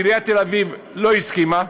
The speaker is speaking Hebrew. עיריית תל-אביב לא הסכימה,